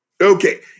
Okay